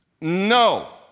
No